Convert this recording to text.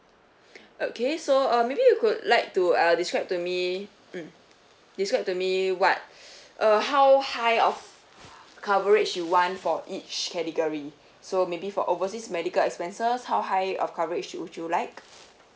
okay so uh maybe you could like to uh describe to me mm describe to me what uh how high of coverage you want for each category so maybe for overseas medical expenses how high of coverage would you like